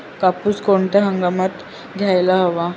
कापूस कोणत्या हंगामात घ्यायला हवा?